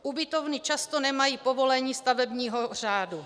Ubytovny často nemají povolení stavebního úřadu.